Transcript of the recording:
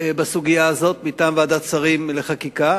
בסוגיה הזאת מטעם ועדת שרים לחקיקה,